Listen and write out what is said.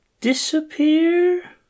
disappear